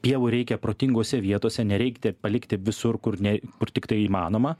pievų reikia protingose vietose nereikia palikti visur kur ne kur tiktai įmanoma